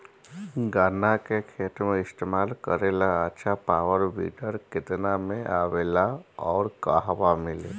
गन्ना के खेत में इस्तेमाल करेला अच्छा पावल वीडर केतना में आवेला अउर कहवा मिली?